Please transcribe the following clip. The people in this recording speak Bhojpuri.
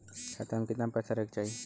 खाता में कितना पैसा रहे के चाही?